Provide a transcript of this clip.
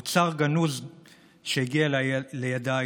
אוצר גנוז שהגיע לידיי.